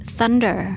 Thunder